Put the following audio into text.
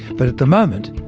but at the moment,